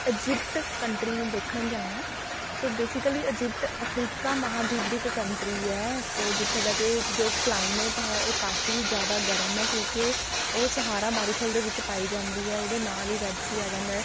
Egypt country ਨੂੰ ਦੇਖਣ ਜਾਵਾਂ ਸੋ ਬੇਸਿਕਲੀ ਇਜ਼ਿਪਟ ਅਫ਼ਰੀਕਾ ਮਹਾਂਦੀਪ ਦੀ ਇੱਕ ਕੰਟਰੀ ਹੈ ਸੋ ਜਿੱਥੇ ਦਾ ਕਿ ਜੋ ਕਲਾਈਮੇਟ ਹੈ ਉਹ ਕਾਫ਼ੀ ਜ਼ਿਆਦਾ ਗਰਮ ਹੈ ਕਿਉਂਕਿ ਉਹ ਸਹਾਰਾ ਮਾਰੂਥਲ ਦੇ ਵਿੱਚ ਪਾਈ ਜਾਂਦੀ ਹੈ ਉਹਦੇ ਨਾਲ ਹੀ ਰੈੱਡ ਸੀਅ ਆ ਜਾਂਦਾ